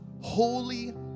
holy